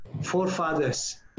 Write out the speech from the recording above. forefathers